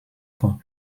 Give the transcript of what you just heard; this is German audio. vor